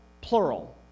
plural